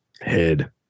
head